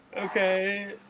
Okay